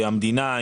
המדינה,